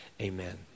amen